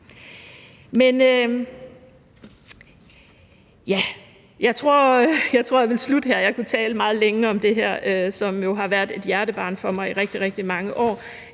Jeg tror, jeg vil slutte her – jeg kunne tale meget længe om det her, som jo har været et hjertebarn for mig i rigtig, rigtig mange år.